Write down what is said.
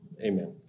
amen